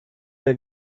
der